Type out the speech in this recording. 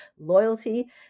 loyalty